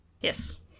Yes